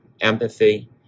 empathy